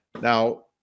Now